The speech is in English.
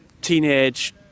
teenage